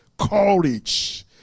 courage